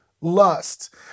lust